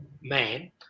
man